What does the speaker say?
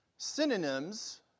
Synonyms